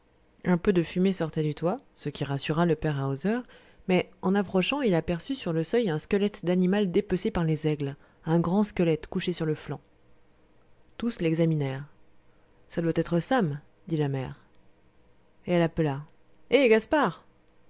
un peu de fumée sortait du toit ce qui rassura le père hauser mais en approchant il aperçut sur le seuil un squelette d'animal dépecé par les aigles un grand squelette couché sur le flanc tous l'examinèrent ça doit être sam dit la mère et elle appela hé gaspard